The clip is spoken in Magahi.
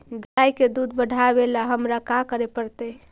गाय के दुध बढ़ावेला हमरा का करे पड़तई?